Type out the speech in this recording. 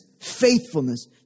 faithfulness